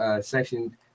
Section